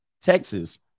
Texas